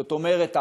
זאת אומרת,